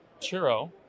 churro